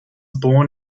born